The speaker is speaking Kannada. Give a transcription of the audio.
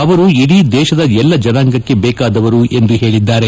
ಅವರು ಇಡೀ ದೇಶದ ಎಲ್ಲಾ ಜನಾಂಗಕ್ಕೆ ಬೇಕಾದವರು ಎಂದು ಹೇಳಿದ್ದಾರೆ